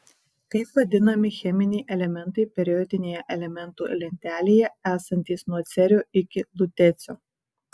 kaip vadinami cheminiai elementai periodinėje elementų lentelėje esantys nuo cerio iki lutecio